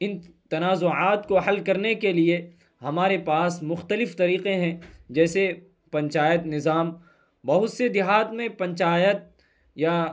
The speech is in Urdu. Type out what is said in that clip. ان تنازعات کو حل کرنے کے لیے ہمارے پاس مختلف طریقے ہیں جیسے پنچایت نظام بہت سے دیہات میں پنچایت یا